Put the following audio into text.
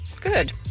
good